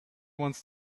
wants